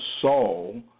Saul